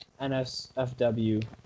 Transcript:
NSFW